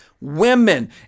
women